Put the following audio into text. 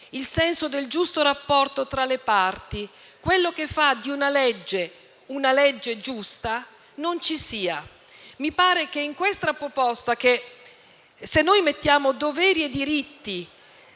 il senso del giusto rapporto tra le parti, quello che fa di una legge una legge giusta non ci sia. Mi pare che in questa proposta, se noi mettiamo doveri e diritti